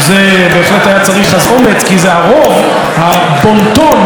הבון-טון, האופנה, רוחות האופנה היו לתמוך,